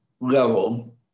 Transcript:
level